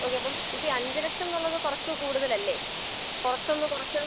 okay അപ്പം ചേച്ചി അഞ്ച് ലക്ഷം എന്നുള്ളത് കുറച്ച് കൂടുതലല്ലേ കുറച്ചൊന്ന് കുറച്ച്